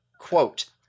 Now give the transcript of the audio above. quote